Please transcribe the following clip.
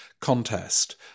contest